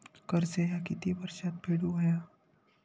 कर्ज ह्या किती वर्षात फेडून हव्या?